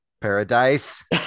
Paradise